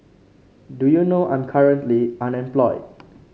do you know I'm currently unemployed